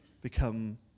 become